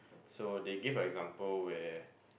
so they give a example where